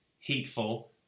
hateful